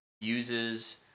uses